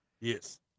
Yes